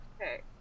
okay